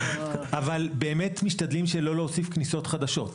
באמת משתדלים שלא להוסיף כניסות חדשות.